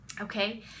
Okay